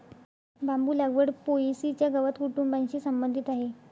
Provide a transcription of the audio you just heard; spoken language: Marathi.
बांबू लागवड पो.ए.सी च्या गवत कुटुंबाशी संबंधित आहे